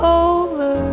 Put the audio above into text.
over